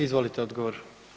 Izvolite odgovor.